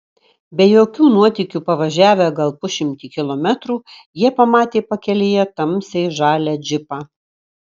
be jokių nuotykių pavažiavę gal pusšimtį kilometrų jie pamatė pakelėje tamsiai žalią džipą